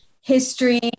history